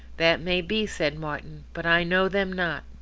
that may be, said martin but i know them not.